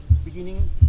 beginning